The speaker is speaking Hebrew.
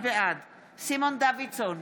בעד סימון דוידסון,